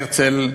הרצל,